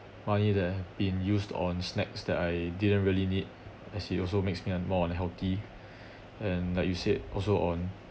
money that I've been used on snacks that I didn't really need as it also makes me un~ more unhealthy and like you said also on